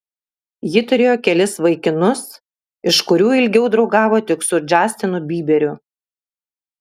ji turėjo kelis vaikinus iš kurių ilgiau draugavo tik su džastinu byberiu